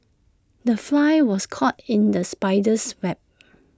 the fly was caught in the spider's web